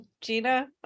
Gina